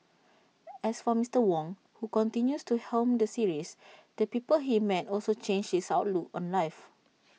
as for Mister Wong who continues to helm the series the people he met also changed his outlook on life